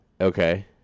Okay